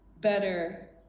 better